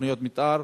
תוכניות מיתאר,